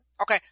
Okay